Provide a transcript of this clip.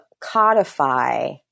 codify